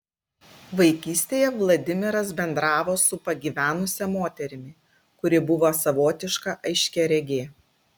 vaikystėje vladimiras bendravo su pagyvenusia moterimi kuri buvo savotiška aiškiaregė